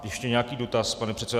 Ještě nějaký dotaz, pane předsedo?